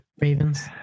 Ravens